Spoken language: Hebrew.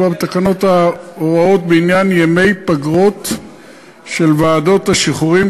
בתקנות הוראות בעניין ימי פגרות של ועדות השחרורים,